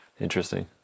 Interesting